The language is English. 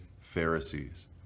Pharisees